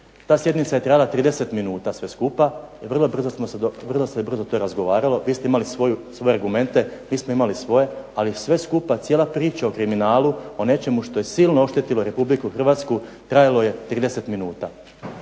Ta sjednica je trajala 30 minuta sve skupa i vrlo se brzo to razgovaralo. Vi ste imali svoje argumente, mi smo imali svoje, ali sve skupa, cijela priča o kriminalu, o nečemu što je silno oštetilo Republiku Hrvatsku trajalo je 30 minuta.